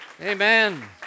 amen